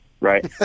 right